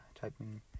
typing